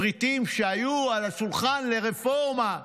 פריטים שהיו על השולחן לרפורמה,